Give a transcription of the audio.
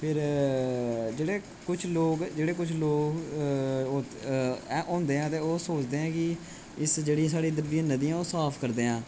फिर जेह्ड़े लोक जेह्ड़े कुछ लोक होंदे ऐं ओह् सोचदे ऐं कि जेह्ड़ियां साढ़े इधर दियां नदियां ने ओह् साफ करदें आं